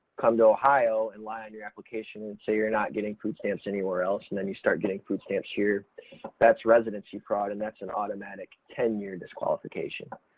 come to ohio and lie on your application and say you're not getting food stamps anywhere else and then you start getting food stamps here that's residency fraud and that's an automatic ten year disqualification.